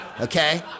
Okay